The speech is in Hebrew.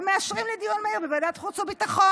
ומאשרים לי דיון מהיר בוועדת חוץ וביטחון.